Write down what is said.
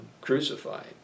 crucified